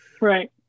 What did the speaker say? Right